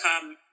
come